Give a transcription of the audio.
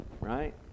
right